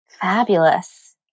Fabulous